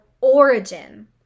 origin